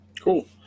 Cool